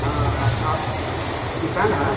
हाँ आप किसान हैं